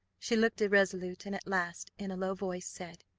she looked irresolute and at last, in a low voice, said,